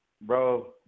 Bro